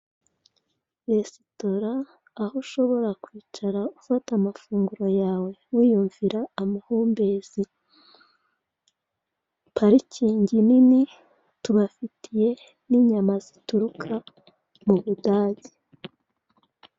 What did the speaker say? Resitora aho ushobora kwicara ufata amafunguro yawe wiyumvira amahumbezi, parikingi nini, tubafitiye n'inyama zituruka mu Budage